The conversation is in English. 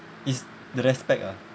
is the respect ah